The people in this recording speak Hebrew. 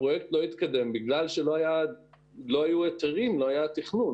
הפרויקט לא התקדים בגלל שלא היו היתרים ולא היה תכנון.